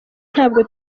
ntabwo